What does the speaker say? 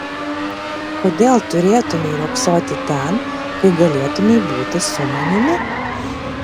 kodėl turėtumei riogsoti ten kai galėtumei būti su manimi